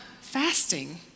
fasting